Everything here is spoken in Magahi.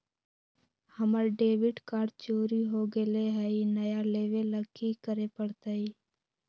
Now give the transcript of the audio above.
हमर डेबिट कार्ड चोरी हो गेले हई, नया लेवे ल की करे पड़तई?